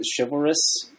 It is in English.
chivalrous